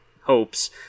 hopes